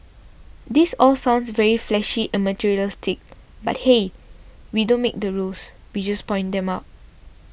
this all sounds very flashy and materialistic but hey we don't make the rules we just point them out